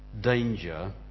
danger